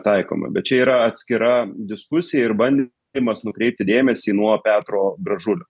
taikoma bet čia yra atskira diskusija ir bandymas nukreipti dėmesį nuo petro gražulio